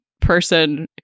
person